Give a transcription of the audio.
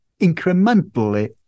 incrementally